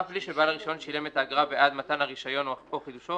אף בלי שבעל הרישיון שילם את האגרה בעד מתן הרישיון או חידושו,